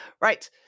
right